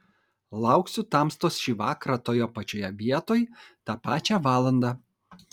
lauksiu tamstos šį vakarą toje pačioje vietoj tą pačią valandą